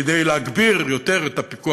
כדי להגביר יותר את הפיקוח,